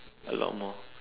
a lot more